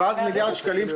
ואז מיליארד שקלים,